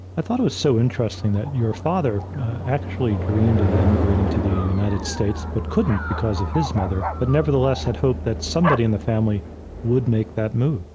thought it was so interesting that your father actually dreamed of immigrating to the united states, but couldn't because of his mother, but nevertheless had hoped that somebody in the family would make that move.